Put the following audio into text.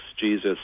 Jesus